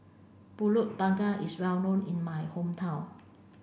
pulut panggang is well known in my hometown